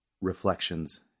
Reflections